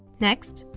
next,